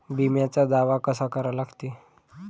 बिम्याचा दावा कसा करा लागते?